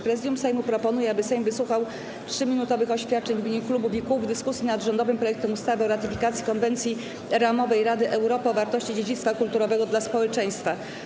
Prezydium Sejmu proponuje, aby Sejm wysłuchał 3-minutowych oświadczeń w imieniu klubów i kół w dyskusji nad rządowym projektem ustawy o ratyfikacji Konwencji ramowej Rady Europy o wartości dziedzictwa kulturowego dla społeczeństwa.